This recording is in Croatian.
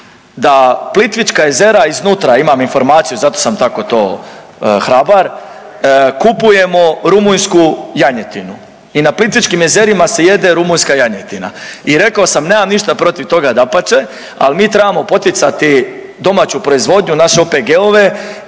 da Plitvička jezera, iznutra, imam informaciju, zato sam tako to, hrabar, kupujemo rumunjsku janjetinu i na Plitvičkim jezerima se jede rumunjska janjetina i rekao sam, nemam ništa protiv toga, dapače, ali mi trebamo poticati domaću proizvodnju, naše OPG-ove